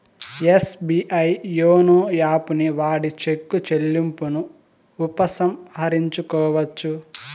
SBI YONO యాపుని వాడి చెక్కు చెల్లింపును ఉపసంహరించుకోవచ్చు